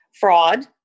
fraud